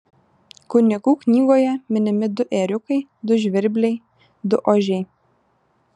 kunigų knygoje minimi du ėriukai du žvirbliai du ožiai